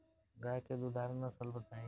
गाय के दुधारू नसल बताई?